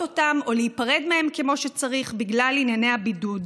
אותם או להיפרד מהם כמו שצריך בגלל ענייני הבידוד.